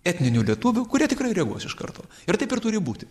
etninių lietuvių kurie tikrai reaguos iš karto ir taip ir turi būti